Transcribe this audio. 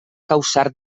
causar